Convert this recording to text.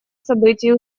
событий